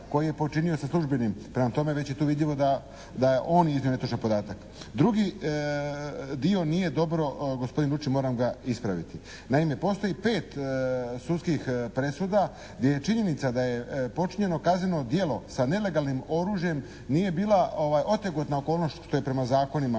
koji je počinio sa službenim. Prema tome već je tu vidljivo da je on iznio netočan podatak. Drugi dio nije dobro gospodin Lučin. Moram ga ispraviti. Naime, postoji 5 sudskih presuda gdje je činjenica da je počinjeno kazneno djelo sa nelegalnim oružjem nije bila otegotna okolnosti što je prema zakonima